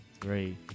three